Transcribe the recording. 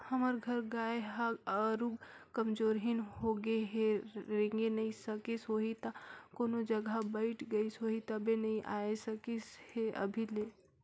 हमर घर गाय ह आरुग कमजोरहिन होगें हे रेंगे नइ सकिस होहि त कोनो जघा बइठ गईस होही तबे नइ अइसे हे अभी ले